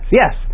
yes